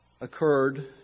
occurred